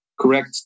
correct